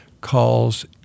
calls